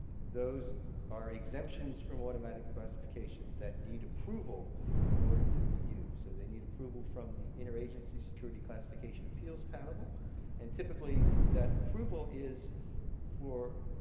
those are exemptions from automatic declassification that need approval in order to be used. they need approval from the interagency security classification appeals panel and typically that approval is for